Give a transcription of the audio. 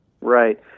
Right